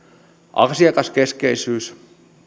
asiakaskeskeisyys